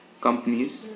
companies